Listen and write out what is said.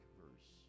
verse